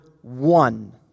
one